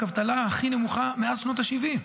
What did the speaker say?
אבטלה הכי נמוכה מאז שנות השבעים.